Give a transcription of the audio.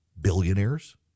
Billionaires